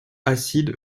acide